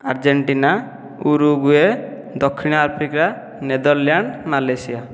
Argentina Uruguay ଦକ୍ଷିଣ Africa Netherland Malaysia